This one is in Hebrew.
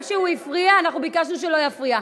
וגם כשהוא הפריע אנחנו ביקשנו שלא יפריע.